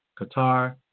Qatar